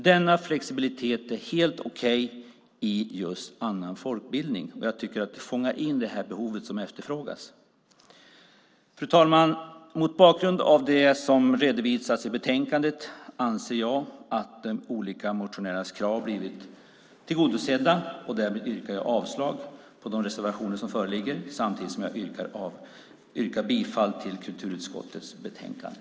Denna flexibilitet är helt okej i just annan folkbildning, och jag tycker att det fångar in det behov som efterfrågas. Fru talman! Mot bakgrund av det som redovisas i betänkandet anser jag att de olika motionärernas krav blivit tillgodosedda. Därmed yrkar jag avslag på de reservationer som föreligger, samtidigt som jag yrkar bifall till förslaget i kulturutskottets betänkande.